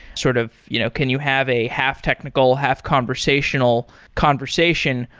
sort of you know can you have a half technical, half conversational conversation?